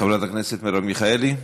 חברת הכנסת מרב מיכאלי.